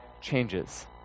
changes